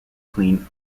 clean